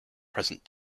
present